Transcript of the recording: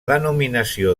denominació